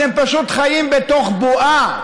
אתם פשוט חיים בתוך בועה.